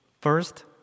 First